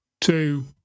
two